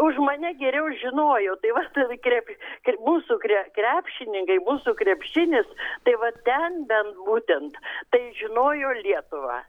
už mane geriau žinojo tai vat ir krep ir mūsų kre krepšininkai mūsų krepšinis tai va ten bent būtent tai žinojo lietuvą